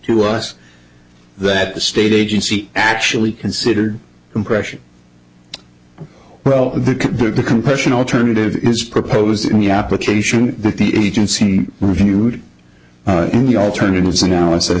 to us that the state agency actually considered compression well the compression alternative is proposed in the application that the agency reviewed the alternatives analysis